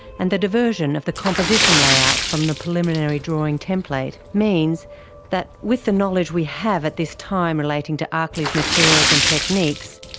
and the diversion of the composition layout from the preliminary drawing template, means that with the knowledge we have at this time relating to arkley's materials and techniques,